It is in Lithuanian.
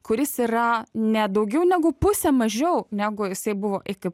kuris yra ne daugiau negu pusę mažiau negu jisai buvo iki